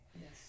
Yes